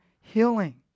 healing